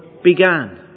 began